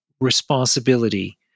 responsibility